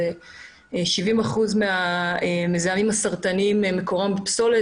אז 70 אחוזים מהמזהמים הסרטנים מקורם בפסולת